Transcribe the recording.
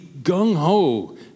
Gung-ho